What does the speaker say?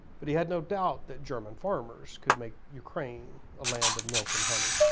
but he had no doubt that german farmers could make ukraine a land of milk and honey.